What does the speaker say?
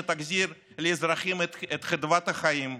שתחזיר לאזרחים את חדוות החיים,